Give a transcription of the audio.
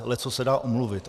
Leccos se dá omluvit.